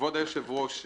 כבוד היושב-ראש,